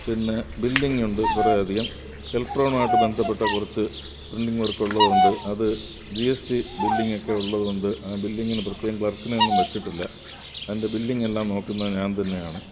പിന്നെ ബില്ലിങ്ങുണ്ട് കുറേ അധികം കെൽട്രോണുമായിട്ട് ബന്ധപ്പെട്ട കുറച്ച് പ്രിൻ്റിങ് വർക്ക് ഉള്ളതുകൊണ്ട് അത് ജി എസ് റ്റി ബില്ലിംഗൊക്കെ ഉള്ളതുകൊണ്ട് ആ ബില്ലിങ്ങിന് പ്രത്യേകം ക്ലർക്കിനെ ഒന്നും വച്ചിട്ടില്ല അതിൻ്റെ ബില്ലിങ്ങെല്ലാം നോക്കുന്നത് ഞാൻ തന്നെയാണ്